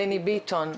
בני ביטון,